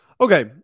Okay